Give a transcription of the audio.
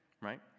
right